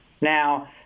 Now